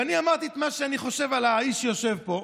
ואני אמרתי את מה שאני חושב על האיש שיושב פה,